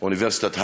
אוניברסיטת הרווארד,